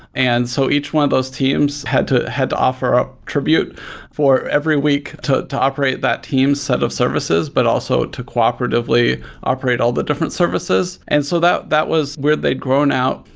and so each one of those teams had to had to offer a tribute for every week to to operate that team set of services, but also to cooperatively operate all the different services. and so that that was where they'd grown out,